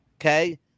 Okay